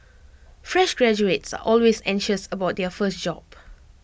fresh graduates are always anxious about their first job